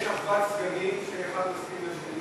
יש אחוות סגנים, שהאחד מסכים לשני.